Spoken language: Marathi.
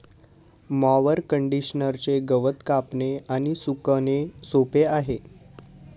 मॉवर कंडिशनरचे गवत कापणे आणि सुकणे सोपे आहे